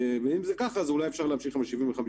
ואם זה כך אז אולי אפשר להמשיך עם ה-75%.